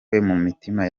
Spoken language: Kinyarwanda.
mitima